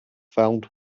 found